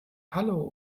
hallo